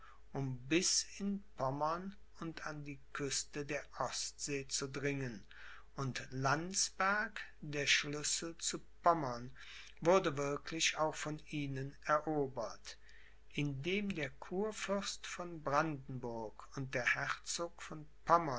um bis in pommern und an die küste der ostsee zu dringen und landsberg der schlüssel zu pommern wurde wirklich auch von ihnen erobert indem der kurfürst von brandenburg und der herzog von pommern